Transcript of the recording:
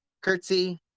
curtsy